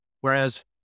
Whereas